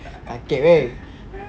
sakit weh